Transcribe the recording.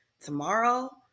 tomorrow